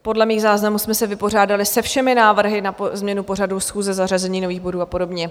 Podle mých záznamů jsme se vypořádali se všemi návrhy na změnu pořadu schůze, zařazení nových bodů a podobně.